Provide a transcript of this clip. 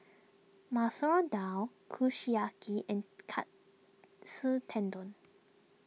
Masoor Dal Kushiyaki and Katsu Tendon